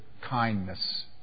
kindness